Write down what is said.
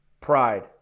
Pride